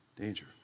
Danger